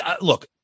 look